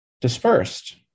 dispersed